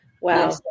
Wow